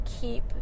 keep